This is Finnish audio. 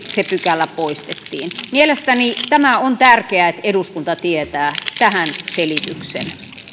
se pykälä poistettiin mielestäni tämä on tärkeää että eduskunta tietää tähän selityksen